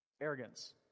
Arrogance